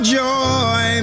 joy